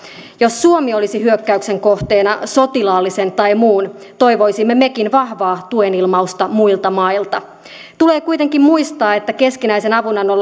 jos suomi olisi hyökkäyksen kohteena sotilaallisen tai muun toivoisimme mekin vahvaa tuenilmausta muilta mailta tulee kuitenkin muistaa että keskinäisen avunannon